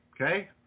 Okay